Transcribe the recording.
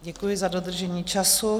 Děkuji za dodržení času.